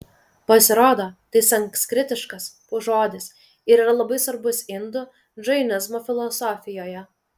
pasirodo tai sanskritiškas žodis ir yra labai svarbus indų džainizmo filosofijoje